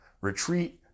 retreat